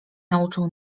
nauczył